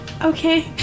Okay